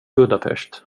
budapest